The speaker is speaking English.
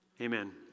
amen